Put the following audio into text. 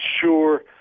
sure